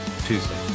Tuesday